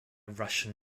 russian